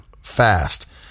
fast